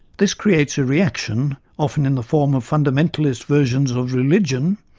this creates a reaction, often in the form of fundamentalist versions of religion.